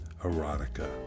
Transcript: Erotica